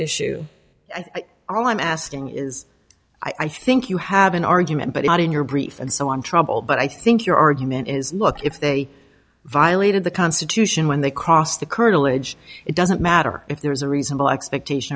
issue and all i'm asking is i think you have an argument but not in your brief and so i'm troubled but i think your argument is look if they violated the constitution when they cross the colonel ij it doesn't matter if there is a reasonable expectation